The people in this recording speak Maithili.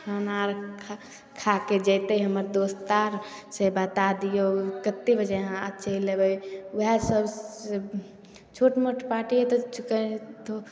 खाना आर खा खाके जेतै हमर दोस्त आर से बता दिऔ कतेक बजे अहाँ चलि अएबै वएह सबसे छोट मोट पार्टी हइ तऽ